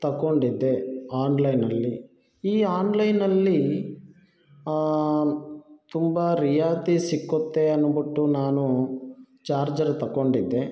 ತಗೊಂಡಿದ್ದೆ ಆನ್ಲೈನಲ್ಲಿ ಈ ಆನ್ಲೈನ್ನಲ್ಲಿ ತುಂಬ ರಿಯಾಯಿತಿ ಸಿಗುತ್ತೆ ಅನ್ಬಿಟ್ಟು ನಾನು ಚಾರ್ಜರ್ ತಗೊಂಡಿದ್ದೆ